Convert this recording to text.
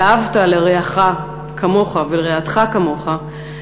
ואהבת לרעך כמוך ולרעתך כמוך,